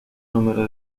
número